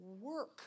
work